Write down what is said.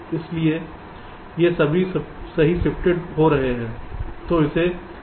इसलिए ये सही शिफ्टेड हो रहे हैं